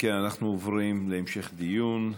אם כן, אנחנו עוברים להמשך דיון.